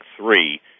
three